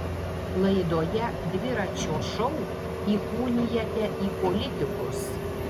laidoje dviračio šou įkūnijate į politikus